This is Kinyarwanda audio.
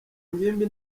ngimbi